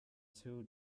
two